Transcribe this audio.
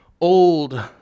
old